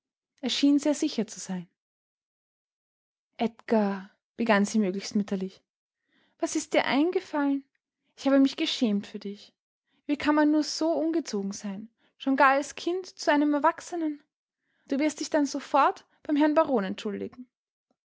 schien sehr sicher zu sein edgar begann sie möglichst mütterlich was ist dir eingefallen ich habe mich geschämt für dich wie kann man nur so ungezogen sein schon gar als kind zu einem erwachsenen du wirst dich dann sofort beim herrn baron entschuldigen